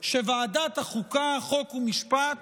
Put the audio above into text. שוועדת החוקה, חוק ומשפט